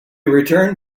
returned